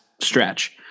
stretch